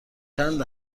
چند